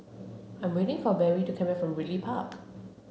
I'm waiting for Berry to come back from Ridley Park